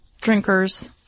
drinkers